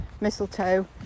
mistletoe